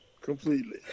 Completely